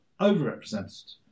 overrepresented